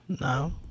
No